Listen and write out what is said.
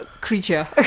creature